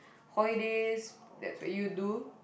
holidays that's where you do